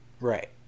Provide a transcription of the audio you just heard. Right